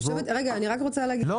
אני רק רוצה להגיד -- לא,